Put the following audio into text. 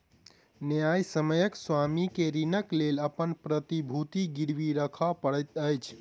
न्यायसम्यक स्वामी के ऋणक लेल अपन प्रतिभूति गिरवी राखअ पड़ैत अछि